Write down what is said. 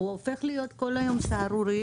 הוא הופך להיות סהרורי כל היום.